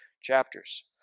chapters